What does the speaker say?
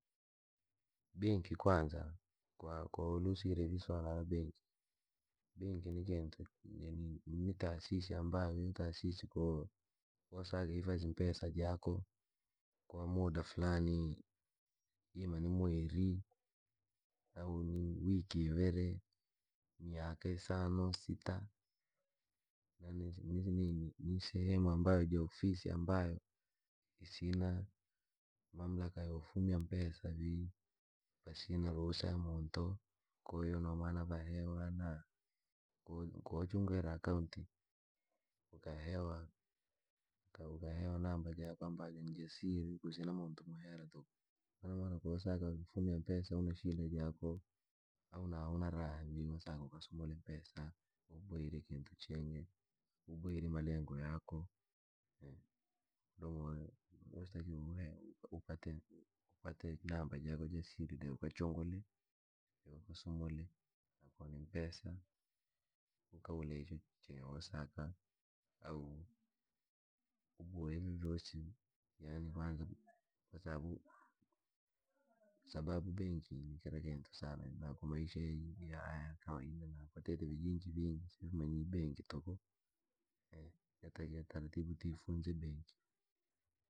Ko walusikira banki, ni taasisi ambayo wasaka kipadhi mpesa jaako kwa muda fulani ima ni mweri au wiki imiri au miaka isano msaka sita ni ofisi ambayo mamkika yoo fumwa mpesa pasiwa ruhusa ya mwatu na vahewa, ko wachungi na akaunti ukahewa namba yako ya siri kusina muhara muntutuku ko in maana wesaka tunza hela jaako au na una raha vii au yaboinja kintu chingi, kuboinya malango yako na kwatite vijiji ve sivamanyire benki yotakiwa tuboye taaratibu joo kifunza elimu ya benki.